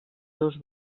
dos